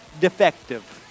defective